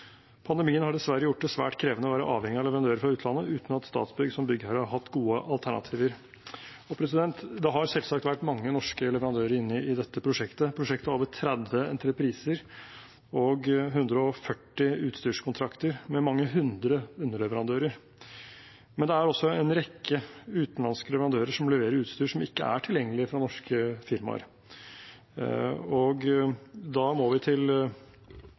Pandemien har dessverre gjort det svært krevende å være avhengig av leverandører fra utlandet, uten at Statsbygg som byggherre har hatt gode alternativer. Det har selvsagt vært mange norske leverandører inne i dette prosjektet. Prosjektet har over 30 entrepriser og 140 utstyrskontrakter med mange hundre underleverandører. Men det er også en rekke utenlandske leverandører som leverer utstyr som ikke er tilgjengelig fra norske firmaer. Da må vi til